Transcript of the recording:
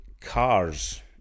cars